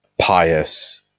pious